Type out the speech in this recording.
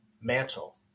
mantle